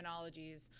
terminologies